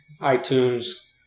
iTunes